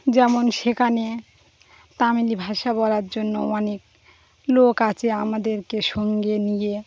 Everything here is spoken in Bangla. যেমন সেখানে তামিলি ভাষা বলার জন্য অনেক লোক আছে আমাদেরকে সঙ্গে নিয়ে